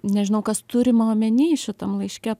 nežinau kas turima omeny šitam laiške